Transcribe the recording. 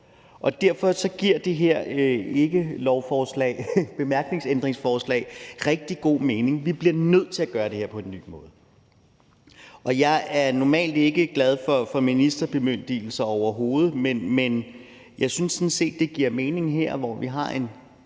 eller forslag til ændringer af bemærkningerne i lovforslaget – rigtig god mening, for vi bliver nødt til at gøre det her på en ny måde. Jeg er normalt ikke glad for ministerbemyndigelser overhovedet, men jeg synes sådan set, det giver mening her, hvor vi har en